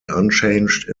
unchanged